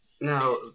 Now